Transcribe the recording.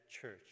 church